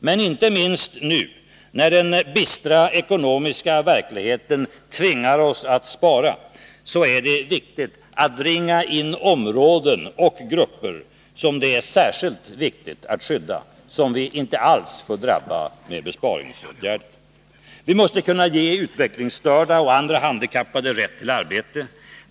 Men inte minst nu, när den bistra ekonomiska verkligheten tvingar oss att spara, är det viktigt att ringa in områden och grupper som det är särskilt väsentligt att skydda och som inte alls får drabbas av besparingsåtgärder. Vi måste kunna ge utvecklingsstörda och andra handikappade rätt till arbete.